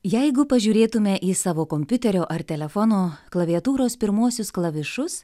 jeigu pažiūrėtume į savo kompiuterio ar telefono klaviatūros pirmuosius klavišus